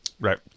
Right